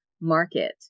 market